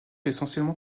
essentiellement